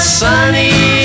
sunny